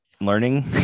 learning